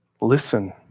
listen